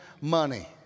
money